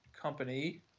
company